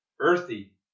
earthy